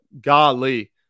golly